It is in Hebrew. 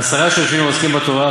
עשרה שיושבין ועוסקין בתורה,